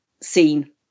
seen